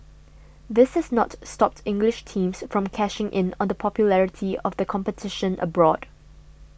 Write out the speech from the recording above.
this is not stopped English teams from cashing in on the popularity of the competition abroad